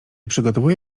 przygotowuję